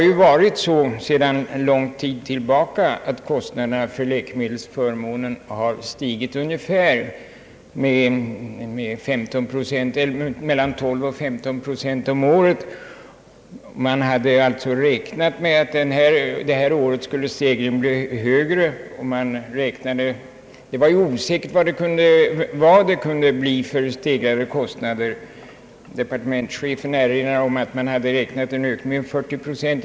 Under lång tid har kostnaderna för läkemedelsförmånen stigit med mellan 12 och 15 procent om året. Man hade alltså räknat med att stegringen under innevarande år skulle bli högre, men det var osäkert hur stor skillnaden skulle bli. Departementschefen erinrar om att man hade räknat med en ökning av 40 procent.